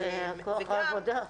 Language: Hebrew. זה כוח העבודה.